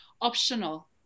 optional